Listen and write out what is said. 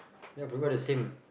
ya people are the same